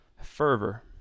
fervor